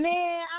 Man